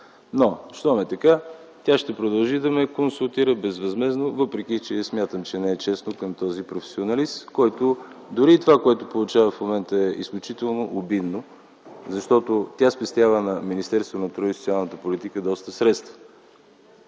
Но щом е така, тя ще продължи да ме консултира безвъзмездно, въпреки че не е честно към този професионалист. Дори и това, което получава в момента, е изключително обидно, защото тя спестява на Министерството на труда и социалната политика доста средства.